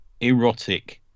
erotic